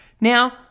Now